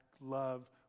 love